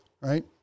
right